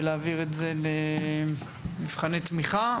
ולהעביר את זה למבחני תמיכה?